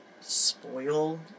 spoil